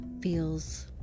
feels